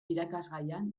irakasgaian